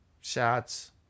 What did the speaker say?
shots